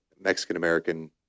Mexican-American